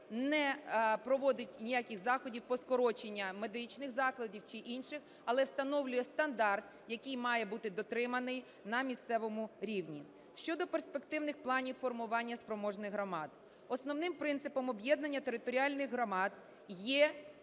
не проводить ніяких заходів по скороченню медичних закладів чи інших, але встановлює стандарт, який має бути дотриманий на місцевому рівні. Щодо перспективних планів формування спроможних громад. Основним принципом об'єднання територіальних громад є